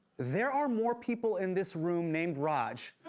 there are more people in this room named raj